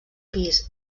pis